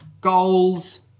goals